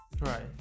Right